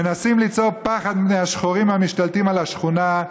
מנסים ליצור פחד מפני השחורים המשתלטים על השכונה,